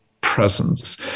presence